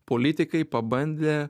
politikai pabandė